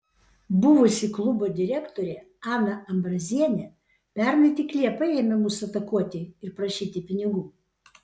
buvusi klubo direktorė ana ambrazienė pernai tik liepą ėmė mus atakuoti ir prašyti pinigų